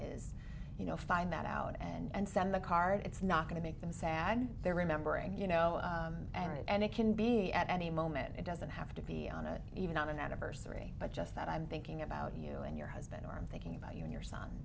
is you know find that out and send a card it's not going to make them sad they're remembering you know and it can be at any moment it doesn't have to be on it even on an anniversary but just that i'm thinking about you and your husband are thinking about you and your son